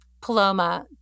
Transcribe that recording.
Paloma